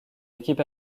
équipe